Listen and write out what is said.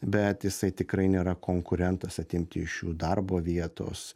bet jisai tikrai nėra konkurentas atimti iš jų darbo vietos